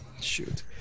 Shoot